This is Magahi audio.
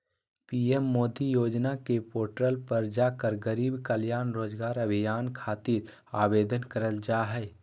पीएम मोदी योजना के पोर्टल पर जाकर गरीब कल्याण रोजगार अभियान खातिर आवेदन करल जा हय